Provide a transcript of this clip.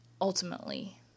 ultimately